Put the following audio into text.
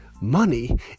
money